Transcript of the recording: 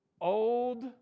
Old